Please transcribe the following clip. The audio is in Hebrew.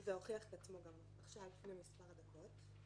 זה הוכיח את עצמו עכשיו, לפני מספר דקות.